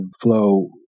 flow